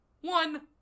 One